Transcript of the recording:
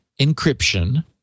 encryption